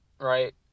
right